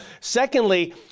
Secondly